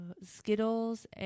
Skittles